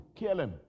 KLM